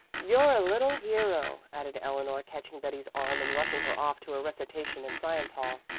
you're a little hero, added eleanor, catching betty's arm and rushing her off to a recitation in science hall.